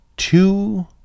two